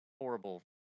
Horrible